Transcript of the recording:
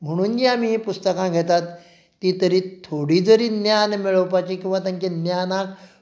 म्हणून हीं जीं आमी पुस्तकां घेतात ती तरी थोडी जरी ज्ञान मेळोवपाची किंवा तांची ज्ञानांत